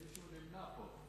יש מישהו שנמנע פה.